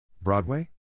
Broadway